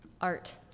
art